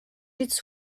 its